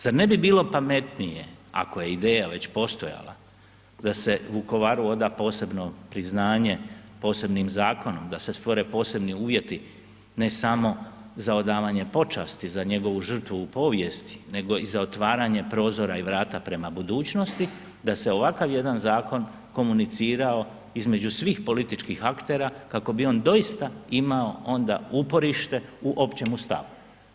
Zar ne bi bilo pametnije ako je ideja već postajala da se Vukovaru oda posebno priznanje posebnim zakonom, da se stvore posebni uvjeti ne samo za odavanje počasti za njegovu žrtvu u povijesti nego i za otvaranje prozora i vrata prema budućnosti da se ovakav jedan zakon komunicirao između svih političkih aktera kako bi on doista imao onda uporište u općemu stavu.